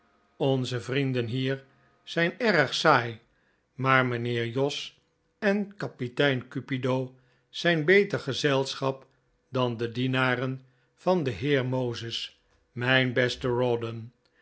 onze vrienden hier zijn erg saai maar mijnheer jos en kapitein cupido zijn beter gezelschap dan de dienaren van den heer moses mijn beste